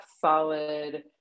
solid